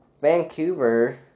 Vancouver